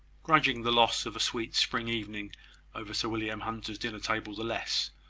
grudging the loss of a sweet spring evening over sir william hunter's dinner-table the less,